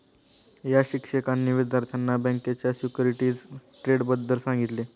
या शिक्षकांनी विद्यार्थ्यांना बँकेच्या सिक्युरिटीज ट्रेडबद्दल सांगितले